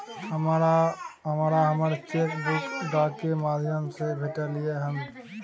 हमरा हमर check book डाक के माध्यम से भेटलय हन